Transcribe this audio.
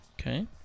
Okay